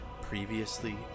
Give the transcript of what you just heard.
Previously